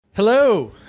Hello